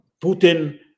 Putin